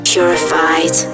Purified